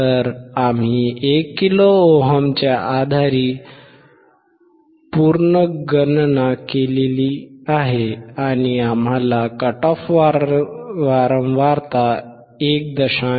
तर आम्ही 1 किलो ओमच्या आधारे पुनर्गणना केली आहे आणि आम्हाला कट ऑफ वारंवारता 1